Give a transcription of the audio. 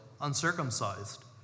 uncircumcised